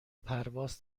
پرواز